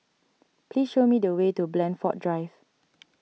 please show me the way to Blandford Drive